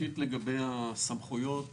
לגבי הסמכויות